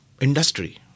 industry